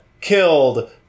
killed